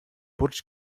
burj